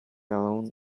alone